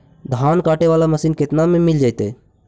धान काटे वाला मशीन केतना में मिल जैतै?